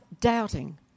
doubting